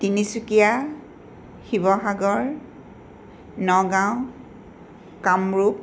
Tinsukia Sivasagar Nagaon Kamrup